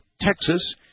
Texas